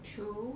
true